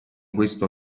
questo